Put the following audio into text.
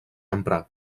emprar